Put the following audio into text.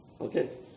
Okay